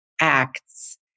acts